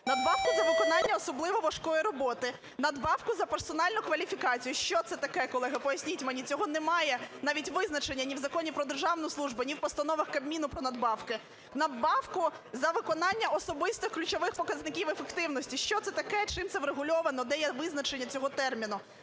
надбавку за виконання особливо важкої роботи, надбавку за персональну кваліфікацію". Що це таке, колеги, поясніть мені. Цього немає, навіть визначення, ні в Законі "Про державну службу", ні в постановах Кабміну про надбавки. "Надбавку за виконання особистих ключових показників ефективності", що це таке, чим це врегульовано, де є визначення цього терміну?